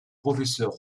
professeurs